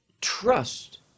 trust